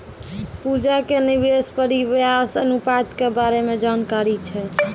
पूजा के निवेश परिव्यास अनुपात के बारे मे जानकारी छै